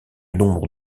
nombre